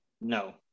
No